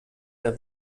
der